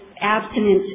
abstinence